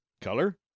Color